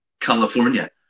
California